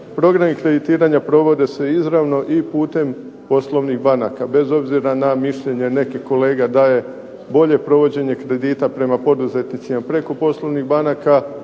programi kreditiranja provode se izravno i putem poslovnih banaka, bez obzira na mišljenje nekih kolega da je bolje provođenje kredita prema poduzetnicima preko poslovnih banaka,